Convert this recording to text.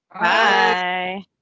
bye